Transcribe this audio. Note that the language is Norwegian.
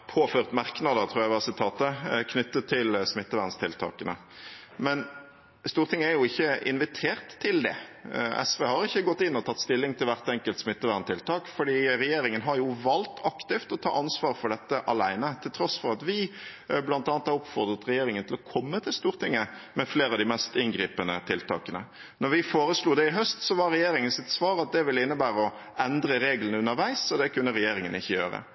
påført merknader, tror jeg er sitatet, knyttet til smitteverntiltakene. Men Stortinget er jo ikke invitert til det. SV har ikke gått inn og tatt stilling til hvert enkelt smitteverntiltak, for regjeringen har jo valgt aktivt å ta ansvar for dette alene, til tross for at vi bl.a. har oppfordret regjeringen til å komme til Stortinget med flere av de mest inngripende tiltakene. Da vi foreslo det i høst, var regjeringens svar at det ville innebære å endre reglene underveis, og det kunne regjeringen ikke gjøre.